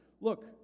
Look